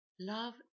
Love